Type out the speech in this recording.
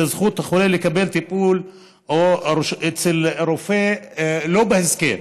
בזכות החולה לקבל טיפול אצל רופא לא בהסכם,